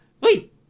Wait